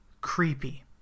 creepy